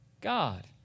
God